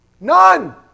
None